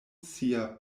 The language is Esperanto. sia